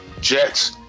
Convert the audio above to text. Jets